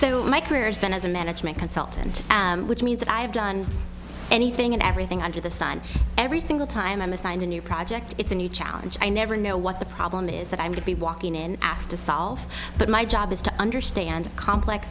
so my career has been as a management consultant which means i have done anything and everything under the sun every single time i'm assigned a new project it's a new challenge i never know what the problem is that i'm to be walking in asked to solve but my job is to understand complex